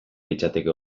litzateke